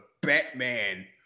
Batman